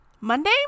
Monday